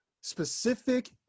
specific